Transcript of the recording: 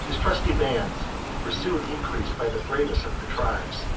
his trusty bands were soon increased by the bravest of the tribes